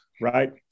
right